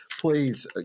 please